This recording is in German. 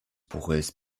buches